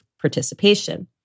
participation